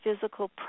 physical